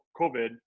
COVID